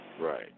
Right